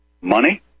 money